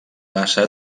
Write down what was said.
passa